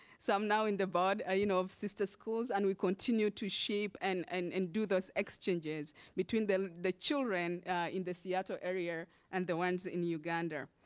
so i'm now in the board you know of sister schools, and we continue to shape and and and do those exchanges between the the children in the seattle area and the ones in uganda.